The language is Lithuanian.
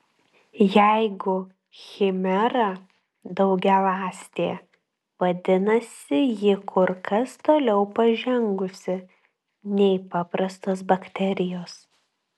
jeigu chimera daugialąstė vadinasi ji kur kas toliau pažengusi nei paprastos bakterijos